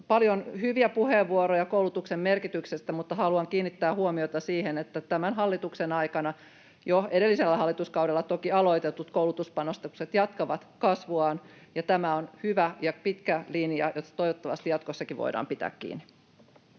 paljon hyviä puheenvuoroja koulutuksen merkityksestä, mutta haluan kiinnittää huomiota siihen, että tämän hallituksen aikana, jo edellisellä hallituskaudella toki aloitetut, koulutuspanostamiset jatkavat kasvuaan. Tämä on hyvä ja pitkä linja, josta toivottavasti jatkossakin voidaan pitää kiinni.